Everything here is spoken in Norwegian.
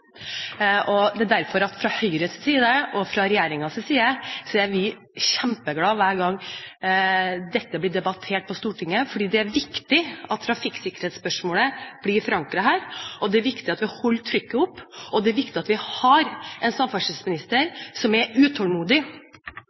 er vi, fra Høyres og regjeringens side, kjempeglad hver gang dette blir debattert på Stortinget, for det er viktig at trafikksikkerhetsspørsmålet blir forankret her, at vi holder trykket oppe, og at vi har en samferdselsminister som er utålmodig.